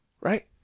right